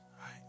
right